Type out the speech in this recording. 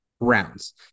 rounds